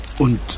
Und